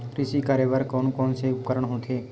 कृषि करेबर कोन कौन से उपकरण होथे?